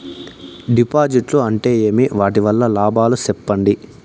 డిపాజిట్లు అంటే ఏమి? వాటి వల్ల లాభాలు సెప్పండి?